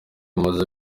amaze